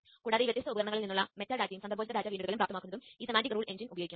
ഇത് പൈത്തണിലെയാണ്